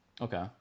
Okay